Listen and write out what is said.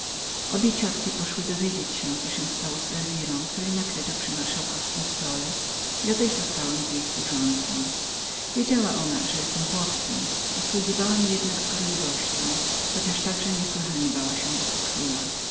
obie ciotki poszły dowiedzieć się co się stało z elwirą której nakryto przy marszałkowskim stole ja zaś zostałem z jej służącą która odtąd przy mnie odbywała służbę wiedziała ona że byłem chłopcem posługiwała mi jednak z gorliwością chociaż także niesłychanie bała się